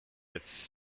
its